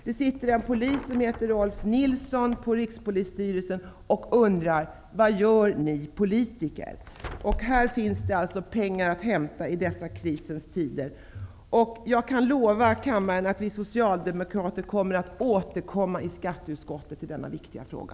Det sitter en polis som heter Rolf Nilsson på Rikspolisstyrelsen och undrar vad vi politiker gör. Men det finns alltså pengar att hämta i fråga om detta i dessa krisens tider. Jag kan lova kammaren att vi socialdemokrater kommer att återkomma i skatteutskottet i denna viktiga fråga.